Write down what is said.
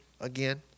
again